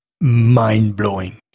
mind-blowing